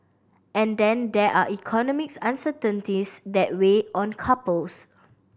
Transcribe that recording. and then there are economics uncertainties that weigh on couples